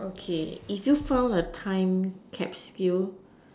okay if you found a time capsule